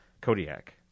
Kodiak